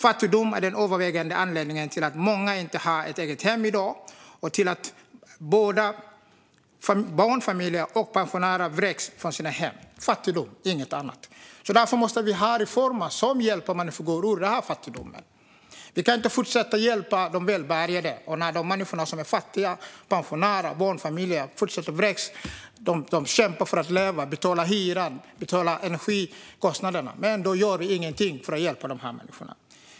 Fattigdom är den övervägande anledningen till att många inte har ett eget hem i dag och till att både barnfamiljer och pensionärer vräks från sina hem - fattigdom, inget annat. Därför måste vi ha reformer som hjälper människor ur fattigdom. Vi kan inte fortsätta hjälpa de välbärgade medan människor som är fattiga, pensioner och barnfamiljer, vräks. De kämpar för att leva och betala hyran och energikostnaderna, men för att hjälpa de människorna gör vi ingenting.